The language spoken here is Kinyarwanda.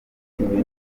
iminota